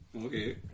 okay